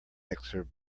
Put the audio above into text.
mixer